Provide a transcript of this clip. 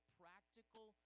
practical